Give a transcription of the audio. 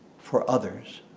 for others.